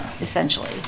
essentially